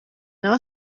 nawe